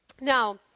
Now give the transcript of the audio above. Now